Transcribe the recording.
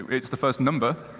it's the first number.